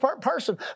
person